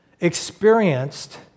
experienced